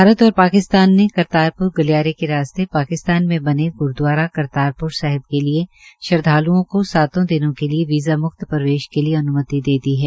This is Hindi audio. भारत और पाकिस्तान ने करतारपरु गलियारे के रास्ते पाकिस्तान में बने गुरूद्वारा करतार पुर साहिब के लिये श्रद्वालुओं को सातों दिन वीज़ा मुक्त प्रवेश के लिये अनुमति दे दी है